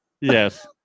yes